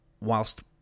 whilst